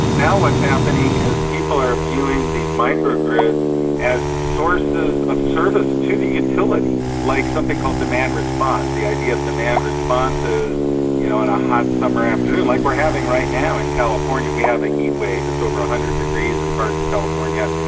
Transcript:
now what's happening is people are viewing these micro-grids as sources of service to the utility, like something called demand response, the idea of demand responses you know on a hot summer afternoon, like we're having right now in california, we have a heatwave, it's over one hundred degrees in parts of california,